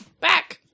Back